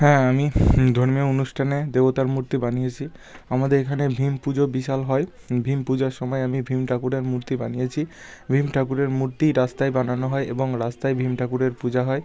হ্যাঁ আমি ধর্মীয় অনুষ্ঠানে দেবতার মূর্তি বানিয়েছি আমাদের এখানে ভীম পুজো বিশাল হয় ভীম পূজার সময় আমি ভূমি ঠাকুরের মূর্তি বানিয়েছি ভীম ঠাকুরের মূর্তি রাস্তায় বানানো হয় এবং রাস্তায় ভীম ঠাকুরের পূজা হয়